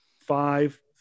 five